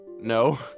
No